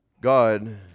God